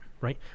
right